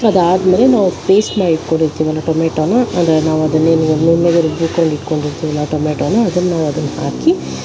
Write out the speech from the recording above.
ಅದಾದಮೇಲೆ ನಾವು ಪೇಸ್ಟ್ ಮಾಡಿಟ್ಕೊಂಡಿರ್ತೀವಲ್ವಾ ಟೊಮೆಟೊನ ಅದೇ ನಾವದನ್ನೇನು ನುಣ್ಣಗೆ ರುಬ್ಬಿಕೊಂಡು ಇಟ್ಕೊಂಡಿರ್ತೀವಲ್ಲ ಆ ಟೊಮೆಟೊನ ಅದನ್ನು ಅದನ್ನು ಹಾಕಿ